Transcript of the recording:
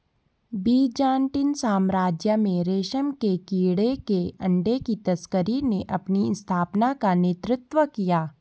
Byzantine साम्राज्य में रेशम के कीड़े के अंडे की तस्करी ने अपनी स्थापना का नेतृत्व किया